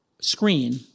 screen